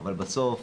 אבל בסוף